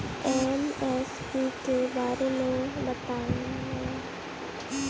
MSP के बारे में बतायें?